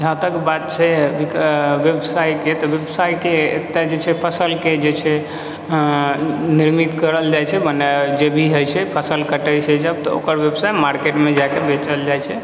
जहाँतक बात छै व्यवसायके तऽ व्यवसायके एतय जे छै फसलके जे छै निर्मित करल जाइत छै मने जे भी होइत छै फसल कटैत छै जब तऽ ओकर व्यवसाय मार्केटमे जाए कऽ बेचल जाइत छै